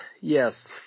Yes